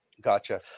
Gotcha